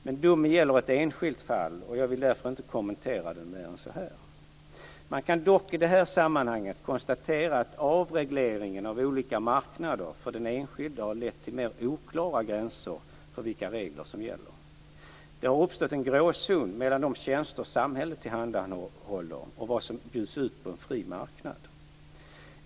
Men domen gäller ett enskilt fall, och jag vill därför inte kommentera den mer än så. Man kan dock i detta sammanhang konstatera att avregleringen av olika marknader för den enskilde har lett till mer oklara gränser för vilka regler som gäller. Det har uppstått en gråzon mellan de tjänster samhället tillhandahåller och vad som bjuds ut på en fri marknad.